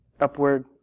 upward